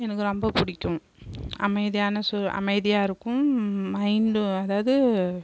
எனக்கு ரொம்ப பிடிக்கும் அமைதியான அமைதியாக இருக்கும் மைண்டு அதாவது